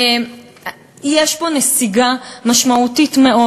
יש פה נסיגה משמעותית מאוד,